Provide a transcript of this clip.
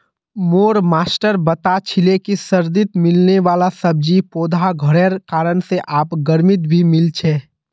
मोर मास्टर बता छीले कि सर्दित मिलने वाला सब्जि पौधा घरेर कारण से आब गर्मित भी मिल छे